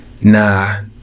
nah